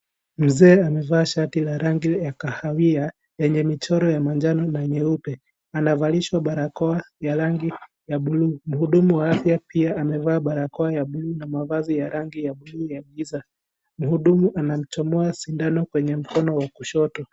Mzee amevaa shati ya kahawia yenye michoro ya manjana na nyeupe. anavalishwa barakoa ya rangi ya buluu. Mhudumu wa afya pia amevaa barakoa ya buluu mavazi ya rangi ya buluu ya giza . Mhudumu anaichomoa mkono kwenye mkono wa kushoto.